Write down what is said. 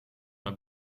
naar